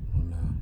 no lah